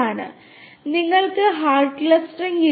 അതിനാൽ നിങ്ങൾക്ക് hard clustering ഇല്ല